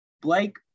Blake